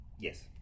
Yes